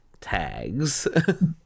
tags